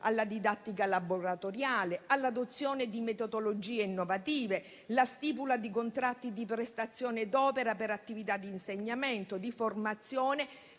alla didattica laboratoriale, all'adozione di metodologie innovative; la stipula di contratti di prestazione d'opera per attività di insegnamento e di formazione,